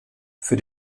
für